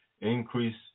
Increase